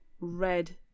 red